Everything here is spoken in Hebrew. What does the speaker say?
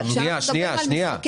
עפרה,